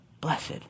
blessed